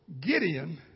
Gideon